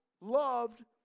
loved